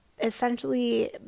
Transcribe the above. Essentially